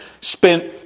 spent